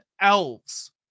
elves